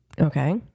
Okay